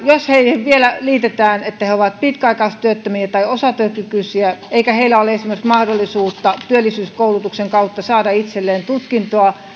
jos heihin vielä liitetään se että he ovat pitkäaikaistyöttömiä tai osatyökykyisiä eikä heillä ole esimerkiksi mahdollisuutta työllisyyskoulutuksen kautta saada itselleen tutkintoa